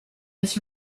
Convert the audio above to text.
was